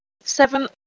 Seven